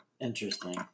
Interesting